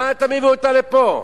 מה אתה מביא אותה לפה?